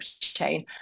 chain